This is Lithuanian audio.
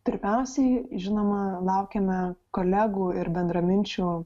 pirmiausiai žinoma laukiame kolegų ir bendraminčių